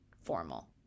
formal